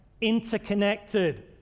interconnected